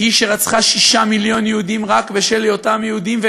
שרצחה שישה מיליון יהודים רק בשל היותם יהודים,